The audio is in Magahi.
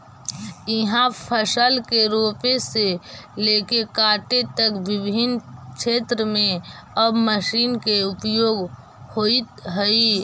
इहाँ फसल के रोपे से लेके काटे तक विभिन्न क्षेत्र में अब मशीन के उपयोग होइत हइ